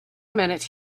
minute